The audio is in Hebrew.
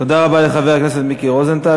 תודה רבה לחבר הכנסת מיקי רוזנטל.